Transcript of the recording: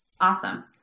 Awesome